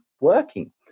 working